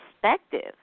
perspective